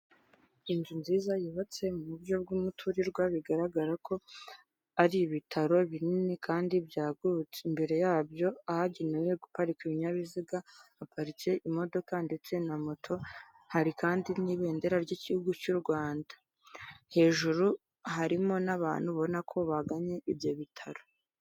Inzu nziza yubatse mu buryo bw'umuturirwa bigaragara ko ari ibitaro binini kandi byagutse, imbere yabyo ahagenewe guparika ibinyabiziga haparitse imodoka ndetse na moto, hari kandi n'ibendera ry'igihugu cy'u Rwanda. Hejuru harimo n'abantu ubona ko baganye ibyo bitaro